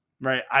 right